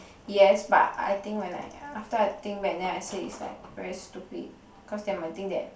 yes but I think when I after I think back and then I say is like very stupid cause they might think that